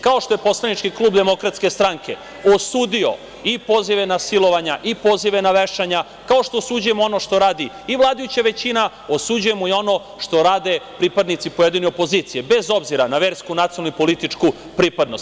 Kao što je poslanički klub DS osudio i pozive ne silovanja i pozive na vešanja, kao što osuđujemo ono što radi i vladajuća većina, osuđujemo i ono što rade pripadnici pojedine opozicije, bez obzira na versku, nacionalnu i političku pripadnost.